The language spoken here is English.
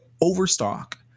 Overstock